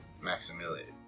Maximilian